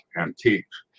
antiques